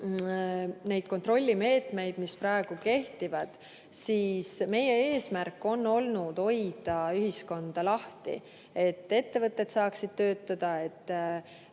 neid kontrollimeetmeid, mis praegu kehtivad, siis meie eesmärk on olnud hoida ühiskonda lahti, et ettevõtted saaksid töötada,